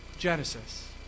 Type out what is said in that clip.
Genesis